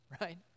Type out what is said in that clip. right